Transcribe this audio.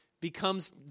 becomes